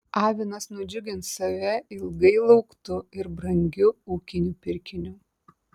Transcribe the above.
avinas nudžiugins save ilgai lauktu ir brangiu ūkiniu pirkiniu